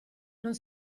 non